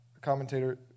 commentator